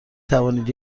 توانید